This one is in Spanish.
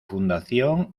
fundación